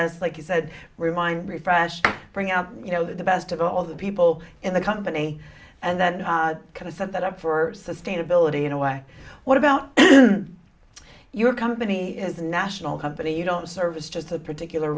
us like you said remind bring out you know the best of all the people in the company and that kind of set that up for sustainability in a way what about your company is a national company you don't service just a particular